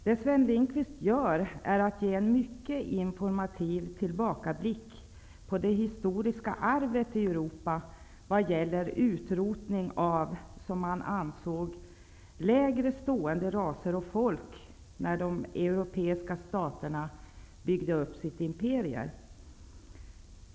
Det som Sven Lindqvist gör är att ge en mycket informativ tillbakablick på det historiska arvet i Europa när det gäller utrotning av, som man ansåg, lägre stående raser och folk när de europeiska staterna byggde upp sina imperier.